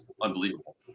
unbelievable